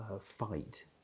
fight